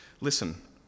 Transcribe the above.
Listen